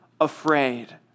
afraid